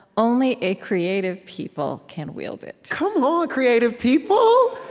only a creative people can wield it. come on, creative people.